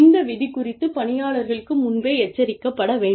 இந்த விதி குறித்து பணியாளர்களுக்கு முன்பே எச்சரிக்கப்பட வேண்டும்